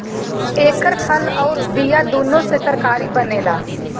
एकर फल अउर बिया दूनो से तरकारी बनेला